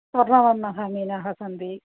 स्वर्णवर्णः मीनाः सन्ति